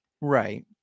Right